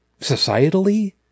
societally